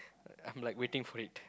I am like waiting for it